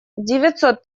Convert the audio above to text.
девятьсот